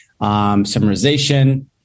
summarization